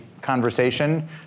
conversation